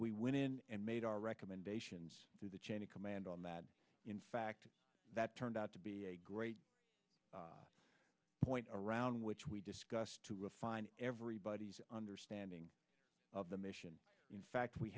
we went in and made our recommendations to the chain of command on that in fact that turned out to be a great point around which we discussed to refine everybody's understanding of the mission in fact we